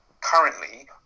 currently